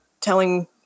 telling